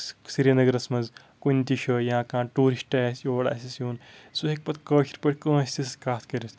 سہٕ سرینَگرَس منٛز کُنہِ تہِ جاے یا کانٛہہ ٹوٗرِسٹ آسہِ یور آسٮ۪س یُن سُہ ہیٚکہِ پَتہٕ کٲشِر پٲٹھۍ کٲنٛسہِ تہِ سہٕ کَتھ کٔرِتھ